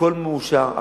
הכול מאושר,